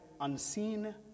unseen